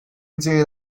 into